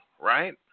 right